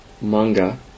manga